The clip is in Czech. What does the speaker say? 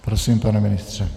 Prosím, pane ministře.